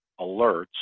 alerts